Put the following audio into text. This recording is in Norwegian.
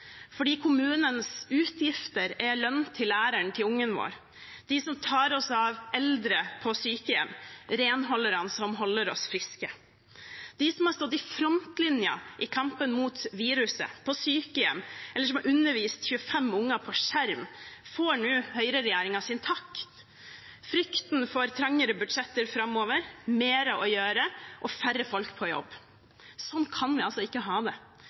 Fordi kommunens utgifter er lønn til læreren til ungen vår, til dem som tar seg av eldre på sykehjem, til renholderne som holder oss friske. De som har stått i frontlinjen i kampen mot viruset på sykehjem, eller de som har undervist 25 unger på skjerm, får nå høyreregjeringens takk: Frykten for trangere budsjetter framover, mer å gjøre og færre folk på jobb. Sånn kan vi ikke ha det!